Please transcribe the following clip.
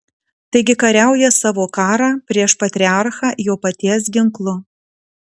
taigi kariauja savo karą prieš patriarchą jo paties ginklu